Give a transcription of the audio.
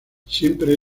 siempre